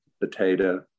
potato